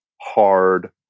hard